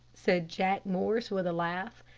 said jack morris, with a laugh.